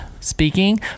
speaking